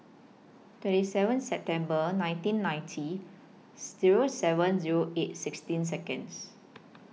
twenty seven September nineteen ninety Zero seven Zero eight sixteen Seconds